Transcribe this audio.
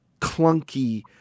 clunky